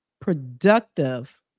productive